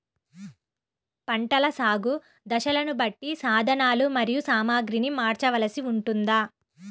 పంటల సాగు దశలను బట్టి సాధనలు మరియు సామాగ్రిని మార్చవలసి ఉంటుందా?